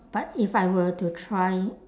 but if I were to try